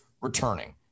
returning